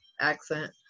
accent